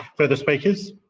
further speakers?